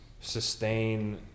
sustain